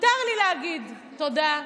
מותר לי להגיד תודה,